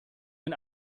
bin